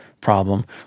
problem